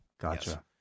Gotcha